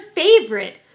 favorite